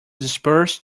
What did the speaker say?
disperse